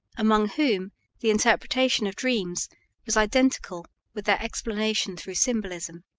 among whom the interpretation of dreams was identical with their explanation through symbolism.